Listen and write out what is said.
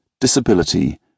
disability